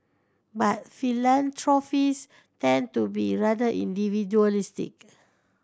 but philanthropists tend to be rather individualistic